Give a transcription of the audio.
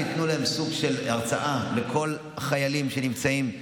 שייתנו סוג של הרצאה לכל החיילים שנמצאים,